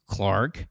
Clark